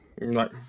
right